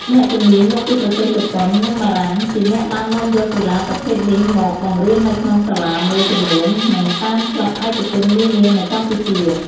អ្នកជំនាញមកពីប្រទេសជប៉ុន និងបារាំងជាអ្នកបាននាំយកកីឡាប្រភេទនេះមកបង្រៀននៅក្នុងសាលាមួយចំនួន និងតាមក្លិបឯកជននានានៅកម្ពុជា ។